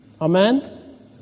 Amen